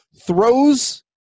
throws –